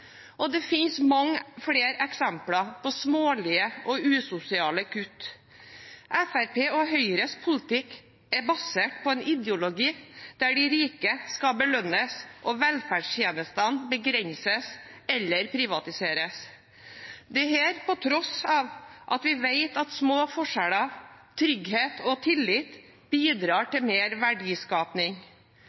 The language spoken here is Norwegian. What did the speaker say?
Det finnes mange flere eksempler på smålige og usosiale kutt. Fremskrittspartiet og Høyres politikk er basert på en ideologi der de rike skal belønnes og velferdstjenestene begrenses eller privatiseres, dette på tross av at vi vet at små forskjeller, trygghet og tillit bidrar til mer verdiskaping.